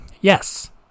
Yes